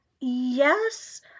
Yes